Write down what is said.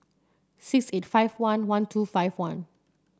six eight five one one two five two